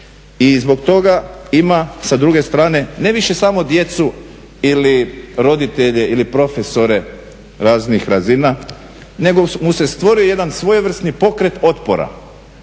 I zbog toga ima sa druge strane ne više samo djecu ili roditelje ili profesore raznih razina, nego mu se stvorio jedan svojevrsni pokret otpora.